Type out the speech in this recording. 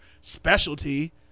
specialty